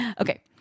Okay